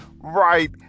right